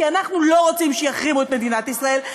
כי אנחנו לא רוצים שיחרימו את מדינת ישראל.